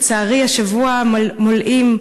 לצערי, השבוע ימלאו,